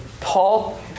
Paul